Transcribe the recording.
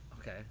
Okay